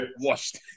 washed